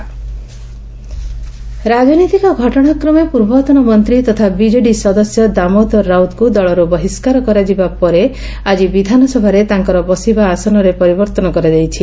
ବିଧାନସଭା ଦାମରାଉତ ରାକନୀତିକ ଘଟଶାକ୍ରମେ ପୂର୍ବତନ ମନ୍ତୀ ତଥା ବିଜେଡ଼ି ସଦସ୍ୟ ଦାମୋଦର ରାଉତଙ୍କୁ ଦଳରୁ ବହିଷ୍କାର କରାଯିବା ପରେ ଆଜି ବିଧାନସଭାରେ ତାଙ୍କର ବସିବା ଆସନରେ ପରିବର୍ଉନ କରାଯାଇଛି